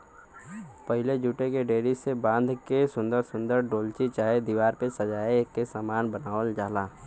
पहिले जूटे के डोरी से बाँध के सुन्दर सुन्दर डोलची चाहे दिवार पे सजाए के सामान बनावल जाला